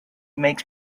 makes